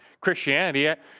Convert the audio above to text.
Christianity